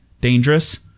dangerous